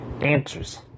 answers